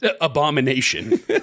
abomination